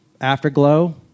Afterglow